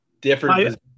different